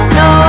no